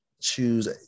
choose